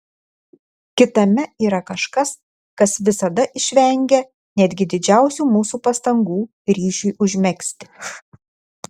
kitame yra kažkas kas visada išvengia netgi didžiausių mūsų pastangų ryšiui užmegzti